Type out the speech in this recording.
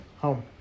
Home